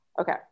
Okay